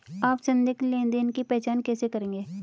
आप संदिग्ध लेनदेन की पहचान कैसे करेंगे?